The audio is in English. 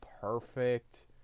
perfect